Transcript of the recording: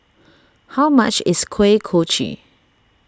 how much is Kuih Kochi